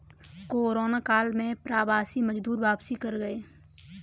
corona काल में प्रवासी मजदूर वापसी कर गए